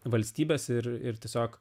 valstybes ir ir tiesiog